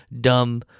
dumb